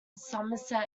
somerset